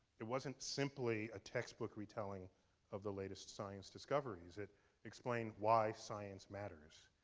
it wasn't simply a textbook retelling of the latest science discoveries. it explained why science matters.